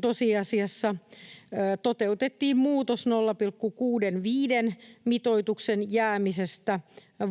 tosiasiassa toteutettiin muutos 0,65 mitoituksen jäämisestä